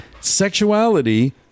Sexuality